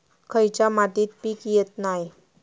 खयच्या मातीत पीक येत नाय?